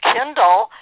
Kindle